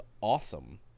awesome